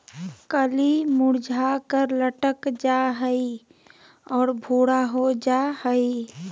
कली मुरझाकर लटक जा हइ और भूरा हो जा हइ